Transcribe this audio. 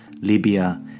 Libya